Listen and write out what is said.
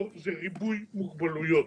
זה ריבוי מוגבלויות.